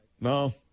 No